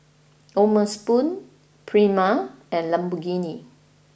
O'ma Spoon Prima and Lamborghini